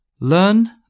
Learn